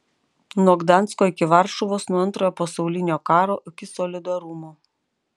nuo gdansko iki varšuvos nuo antrojo pasaulinio karo iki solidarumo